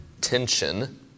tension